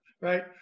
right